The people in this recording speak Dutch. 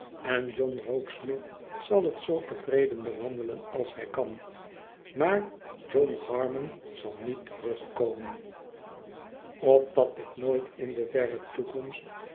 en john rokesmith zal het zoo tevreden bewandelen als hij kan maar john harmon zal niet terugkomen opdat ik nooit in de verre toekomst